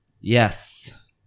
Yes